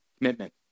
commitment